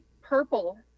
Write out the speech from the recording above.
purple